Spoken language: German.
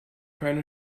keine